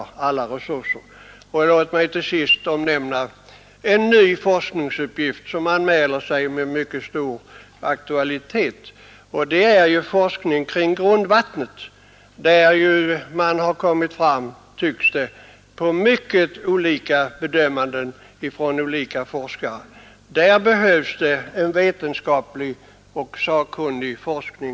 4 maj 1972 Låt mig till sist omnämna en ny forskningsuppgift, som anmäler sig med mycket stor aktualitet, nämligen forskningen kring grundvattnet, där olika forskare tycks ha kommit fram till mycket olika bedömanden. Just kring det projektet behövs en vetenskaplig och sakkunnig forskning.